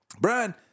Brian